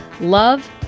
Love